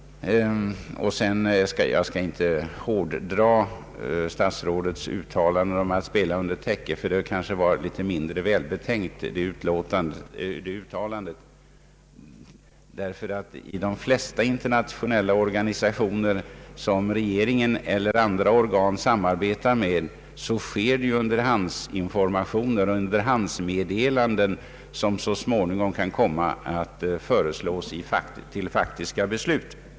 Jag skall inte hårdra statsrådets uttalande om att han inte vill spela under täcket — detta uttalande var kanske mindre välbetänkt — ty i de flesta internationella organisationer som regeringen eller andra organ samarbetar med lämnas underhandsinformationer eller underhandsmeddelanden, som så småningom kan komma att resultera i faktiska beslut.